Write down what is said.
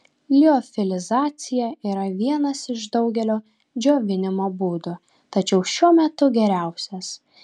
liofilizacija yra vienas iš daugelio džiovinimo būdų tačiau šiuo metu geriausias